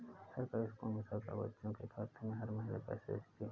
सरकारी स्कूल में सरकार बच्चों के खाते में हर महीने पैसे भेजती है